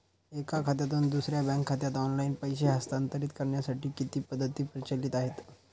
एका खात्यातून दुसऱ्या बँक खात्यात ऑनलाइन पैसे हस्तांतरित करण्यासाठी किती पद्धती प्रचलित आहेत?